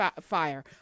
fire